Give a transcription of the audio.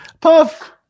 Puff